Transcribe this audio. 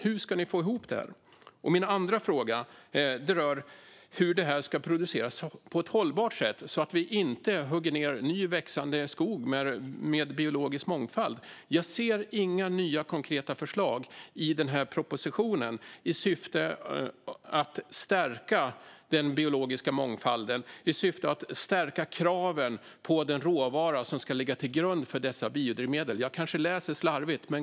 Hur ska ni få ihop det här? Min andra fråga rör hur detta ska produceras på ett hållbart sätt, så att vi inte hugger ned ny växande skog med biologisk mångfald. Jag ser inga nya konkreta förslag i den här propositionen i syfte att stärka den biologiska mångfalden och att stärka kraven på den råvara som ska ligga till grund för dessa biodrivmedel. Jag kanske läser slarvigt.